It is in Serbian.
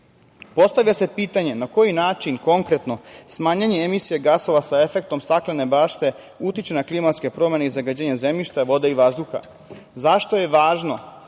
BDP.Postavlja nje pitanje na koji način, konkretno, smanjenje emisije gasova sa efektom staklene bašte utiče na klimatske promene i zagađenje zemljišta, vode i vazduha. Zašto je važno